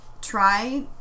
try